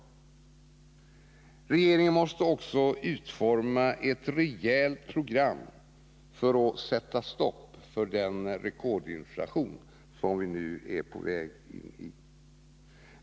Regeringen måste utforma ett rejält program för att sätta stopp för rekordinflationen.